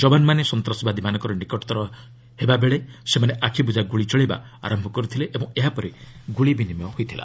ଯବାନମାନେ ସନ୍ତାସବାଦୀମାନାଙ୍କର ନିକଟତର ହେବା ସମୟରେ ସେମାନେ ଆଖିବୁଜା ଗୁଳି ଚଳାଇବା ଆରମ୍ଭ କରିଥିଲେ ଓ ଏହାପରେ ଗୁଳି ବିନିମୟ ହୋଇଥିଲା